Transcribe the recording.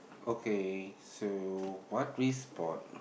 okay so what we spot